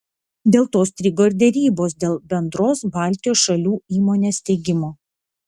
dėl to strigo ir derybos dėl bendros baltijos šalių įmonės steigimo